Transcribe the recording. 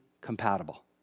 compatible